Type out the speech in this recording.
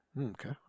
Okay